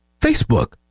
Facebook